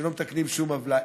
שלא מתקנים שום עוולה.